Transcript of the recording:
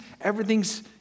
everything's